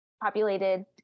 populated